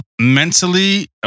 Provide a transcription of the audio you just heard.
Mentally